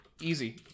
Easy